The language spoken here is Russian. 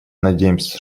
надеемся